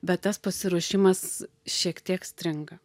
bet tas pasiruošimas šiek tiek stringa